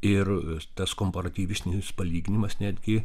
ir tas komparatyvinis palyginimas netgi